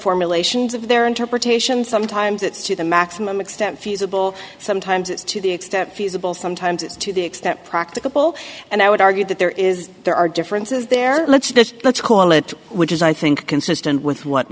formulations of their interpretation sometimes it's to the maximum extent feasible sometimes it's to the extent feasible sometimes to the extent practicable and i would argue that there is there are differences there let's let's call it which is i think consistent with what